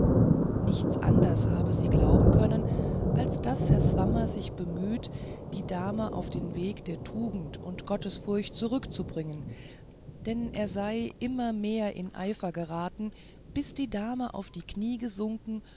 nichts anders habe sie glauben können als daß herr swammer sich gemüht die dame auf den weg der tugend und gottesfurcht zurückzubringen denn er sei immer mehr in eifer geraten bis die dame auf die knie gesunken